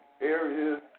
areas